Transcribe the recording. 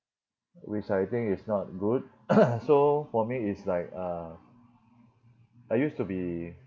which I think is not good so for me it's like um I used to be